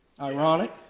Ironic